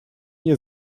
nie